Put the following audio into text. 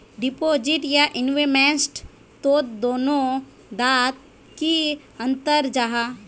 Deposit या investment तोत दोनों डात की अंतर जाहा?